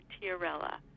tiarella